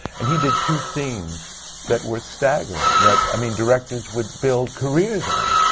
and he did two scenes that were staggering, that i mean, directors would build careers on.